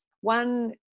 one